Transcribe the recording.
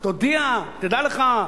תודיע: תדע לך,